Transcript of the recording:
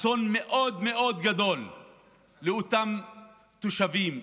אסון מאוד מאוד גדול לאותם תושבים,